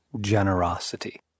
Generosity